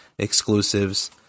exclusives